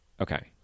Okay